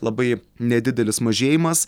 labai nedidelis mažėjimas